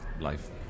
life